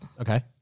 Okay